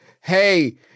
hey